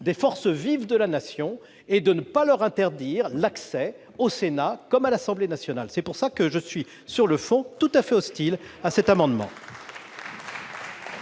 des forces vives et donc de ne pas leur interdire l'accès au Sénat et à l'Assemblée nationale. C'est pourquoi je suis, sur le fond, tout à fait hostile à cet amendement.